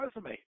resume